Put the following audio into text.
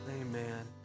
Amen